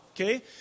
okay